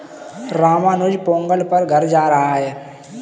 रामानुज पोंगल पर घर जा रहा है